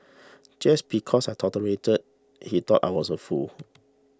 just because I tolerated he thought I was a fool